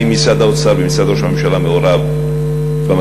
האם משרד האוצר ומשרד ראש הממשלה מעורבים במשא-ומתן?